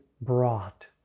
brought